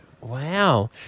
Wow